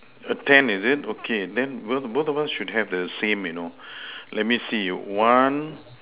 err ten is it okay then well both of us should have the same you know let me see one